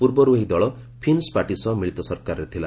ପୂର୍ବରୁ ଏହି ଦଳ ଫିନ୍ୱ ପାର୍ଟି ସହ ମିଳିତ ସରକାରରେ ଥିଲା